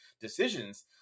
decisions